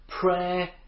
prayer